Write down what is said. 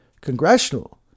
congressional